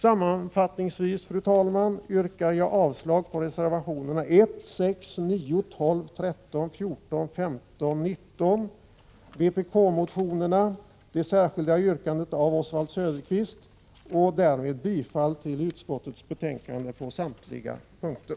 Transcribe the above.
Sammanfattningsvis, fru talman, yrkar jag avslag på reservationerna 1,6, 9, 12, 13, 14, 15 och 19, vpk-motionerna samt det särskilda yrkandet av Oswald Söderqvist och bifall till utskottets hemställan på samtliga punkter.